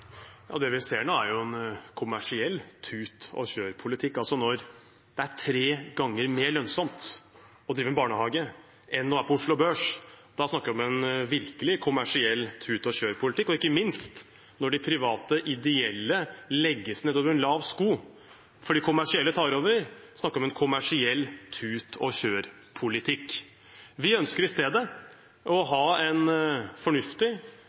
Det blir oppfølgingsspørsmål – først Bjørnar Moxnes. Det vi ser nå, er jo en kommersiell tut-og-kjør-politikk. Når det er tre ganger mer lønnsomt å drive en barnehage enn å være på Oslo Børs, da snakker vi om en virkelig kommersiell tut-og-kjør-politikk, og ikke minst når de private ideelle legges ned over en lav sko fordi de kommersielle tar over, snakker vi om en kommersiell tut-og-kjør-politikk. Vi ønsker i stedet å ha en fornuftig